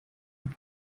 mit